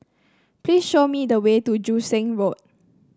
please show me the way to Joo Seng Road